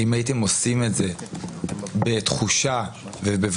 אם הייתם עושים את זה בתחושה ובוודאות